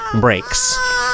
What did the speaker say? breaks